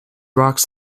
rocks